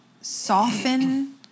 soften